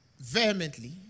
vehemently